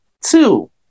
two